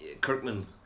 Kirkman